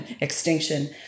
extinction